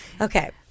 Okay